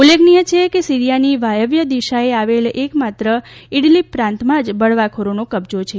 ઉલ્લેખનીય છે કે સિરીયાની વાયવ્ય દિશાએ આવેલ એકમાત્ર ઇડલીબ પ્રાંતમાં જ બળવાખોરોનો કબજો છે